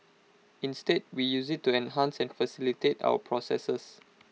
instead we use IT to enhance and facilitate our processes